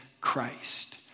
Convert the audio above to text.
Christ